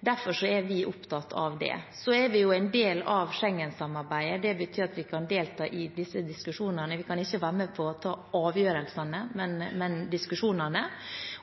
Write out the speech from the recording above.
Derfor er vi opptatt av det. Vi er en del av Schengen-samarbeidet. Det betyr at vi kan delta i disse diskusjonene, men kan ikke være med på å ta avgjørelsene.